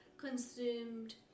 consumed